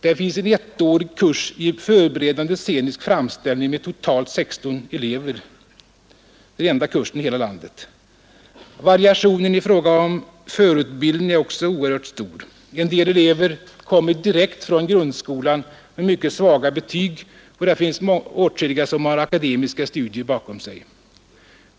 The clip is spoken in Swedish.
Det finns en ettärig kurs i förberedande scenisk framställning med totalt 16 elever — det är den enda kursen i sitt slag i landet. Variationen i fråga om förutbildning är också oerhört stor. En del elever kommer direkt från grundskolan med mycket svaga betyg, och det finns åtskilliga som har akademiska studier bakom sig.